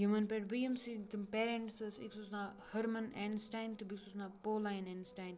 یِمَن پٮ۪ٹھ بہٕ یمۍ سٕنٛدۍ تِم پیرَنٛٹٕس ٲسۍ أکِس اوس ناو ۂرمَن اینسٹاین تہٕ بیٚکِس اوس ناو پولاین اینسٹاین